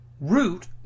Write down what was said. root